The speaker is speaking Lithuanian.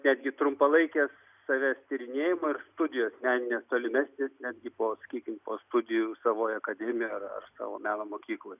netgi trumpalaikės savęs tyrinėjimo ir studijos meninės tolimesnės netgi po skykim po studijų savoj akademijoj ar ar savo meno mokykloj